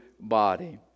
body